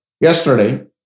yesterday